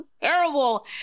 terrible